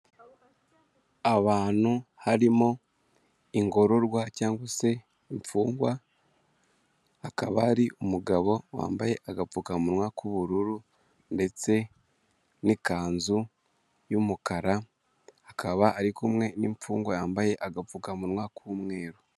Abantu harimo ingororwa cyangwa se imfungwa hakaba hari umugabo wambaye agapfukamunwa k'ubururu, ndetse n'ikanzu y'umukara akaba ari kumwe n'imfungwa yambaye agapfukamunwa k'umweru.